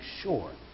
sure